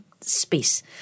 space